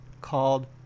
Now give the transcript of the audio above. called